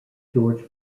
george